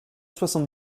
soixante